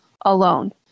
alone